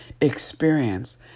experience